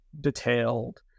detailed